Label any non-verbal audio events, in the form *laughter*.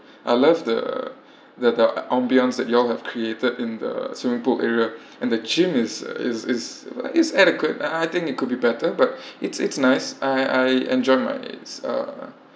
I love the the the ambience that you all have created in the swimming pool area and the gym is is is is adequate I I think it could be better but *breath* it's it's nice I I enjoyed my uh